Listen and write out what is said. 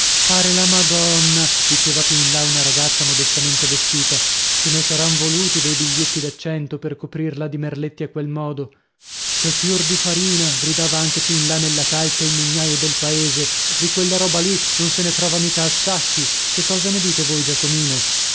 pare la madonna diceva più in là una ragazza modestamente vestita ce ne saran voluti dei biglietti da cento per coprirla di merletti a quel modo che fior di farina gridava anche più in là nella calca il mugnaio del paese di quella roba lì non se ne trova mica a sacchi che cosa ne dite voi giacomino